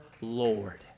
Lord